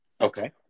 Okay